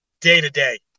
day-to-day